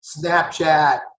Snapchat